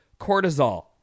cortisol